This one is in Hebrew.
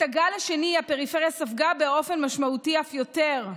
את הגל השני הפריפריה ספגה באופן משמעותי אף יותר.